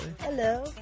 Hello